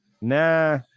Nah